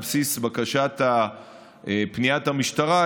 על בסיס פניית המשטרה,